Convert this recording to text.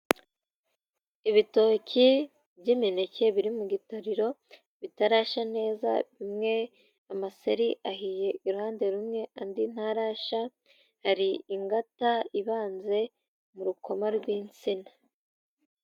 Ibitoki by'imineke biri mu gitariro bitarasha neza, bimwe amaseri ahiye iruhande rumwe, andi ntarasha, hari ingata ibanze mu rukoma rw'insina.